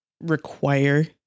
require